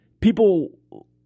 People